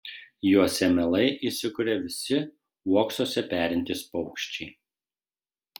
juose mielai įsikuria visi uoksuose perintys paukščiai